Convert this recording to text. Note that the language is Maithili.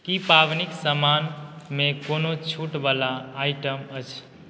की पाबनिके समानमे कोनो छूटवला आइटम अछि